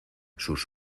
sus